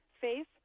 faith